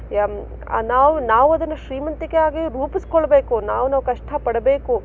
ಯ್ ನಾವು ನಾವದನ್ನು ಶ್ರೀಮಂತಿಕೆಯಾಗಿ ರೂಪಿಸ್ಕೊಳ್ಳಬೇಕು ನಾವು ನಾವು ಕಷ್ಟಪಡಬೇಕು